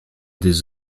des